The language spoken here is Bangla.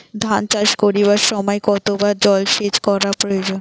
ধান চাষ করিবার সময় কতবার জলসেচ করা প্রয়োজন?